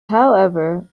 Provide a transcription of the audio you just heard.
however